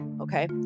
okay